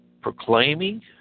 proclaiming